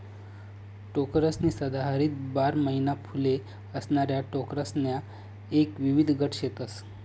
टोकरसनी सदाहरित बारा महिना फुले असणाऱ्या टोकरसण्या एक विविध गट शेतस